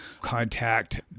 contact